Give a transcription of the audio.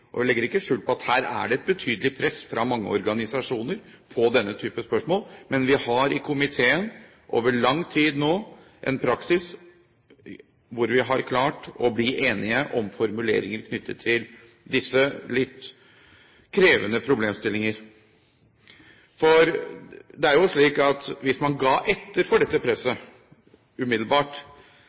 og jeg legger ikke skjul på at det er et betydelig press fra mange organisasjoner i denne type spørsmål. Men vi har i komiteen over lang tid hatt en praksis der vi har klart å bli enige om formuleringer knyttet til disse litt krevende problemstillingene. For det er slik at hvis man ga etter for dette presset umiddelbart,